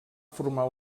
formar